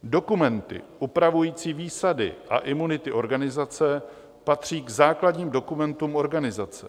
Dokumenty upravující výsady a imunity organizace patří k základním dokumentům organizace.